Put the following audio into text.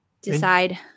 decide